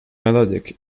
melodic